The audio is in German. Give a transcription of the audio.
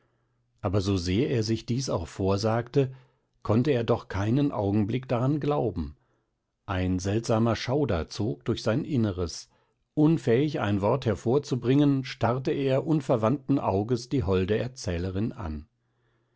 aber sosehr er sich dies auch vorsagte konnte er doch keinen augenblick daran glauben ein seltsamer schauder zog durch sein innres unfähig ein wort hervorzubringen starrte er unverwandten auges die holde erzählerin an